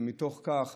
זה מתוך כך